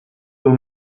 ehun